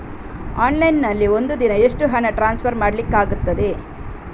Online ನಲ್ಲಿ ಒಂದು ದಿನ ಎಷ್ಟು ಹಣ ಟ್ರಾನ್ಸ್ಫರ್ ಮಾಡ್ಲಿಕ್ಕಾಗ್ತದೆ?